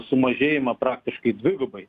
sumažėjimą praktiškai dvigubai